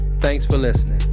thanks for listening.